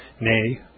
nay